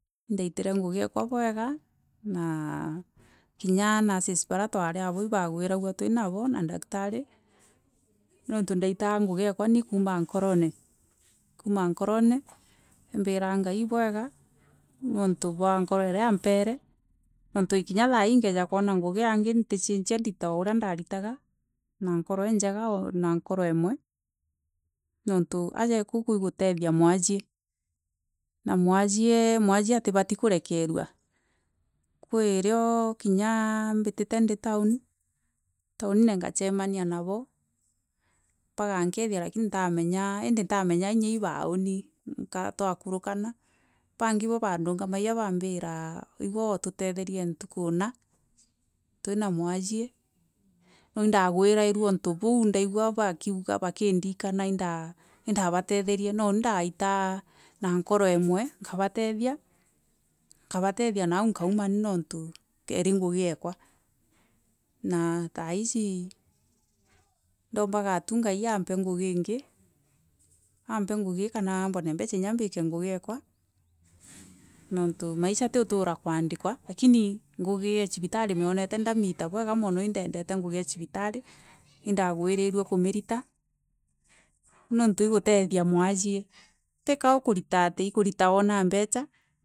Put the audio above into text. Indaitire ngugi ikwa bwega nah kingu nurses barra twari nabo ibaguaragu twinabo na daktari niuntu ndaitaga ngugi ikwa ni kuuma nkooroni kuuma nkorons imbiraga ngai ni ibwega niuntu bwa nkoro iria ampere niuntu kinya thai keeja kooonobni ngugi ntieinera dita o uria ndaritaga na nkoro injegauvina nkoro imwe niuntu aja niku kwi gutethia mwajie na mwajie mwajie atibati kurekerua kwirio kinya mbatite ndii town townine nkacemania nabo bagankethi indi ntamenyaga kina ibaao twakorokana bangi twakorokana bangi ibo baandumagia baambiru igwe ututethene ntuku ina twina mwajie indaguirirue untu bau ndaigwa bakiuga bakindikana indabatherie noni ndaitaga na nkoro imwe nkabatethia na au nkauma ni niuntu ire ngugi ikwa na thaiji ndombaga tu ngai ampe ngugi ingi kana ambone mbeca kinya ndugore ngugi ingi niuntu maisha ti utoora kuandikwa lakini ngugi e cibitari nkamiona miita bwega mono indaendete ngugi e cibitari indaguirirue kumirita niuntu i gutethia mwajie tika ukarita kenda uona mbeca.